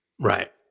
Right